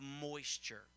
moisture